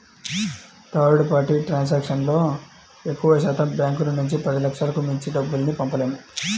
third party ట్రాన్సాక్షన్తో ఎక్కువశాతం బ్యాంకుల నుంచి పదిలక్షలకు మించి డబ్బుల్ని పంపలేము